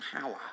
power